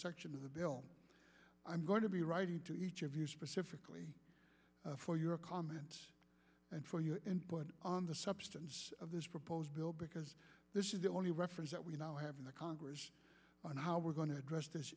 section of the bill i'm going to be writing to each of you specifically for your comments and for your input on the substance of this proposed bill because this is the only reference that we now have in the congress on how we're going to address this